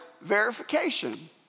verification